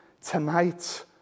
tonight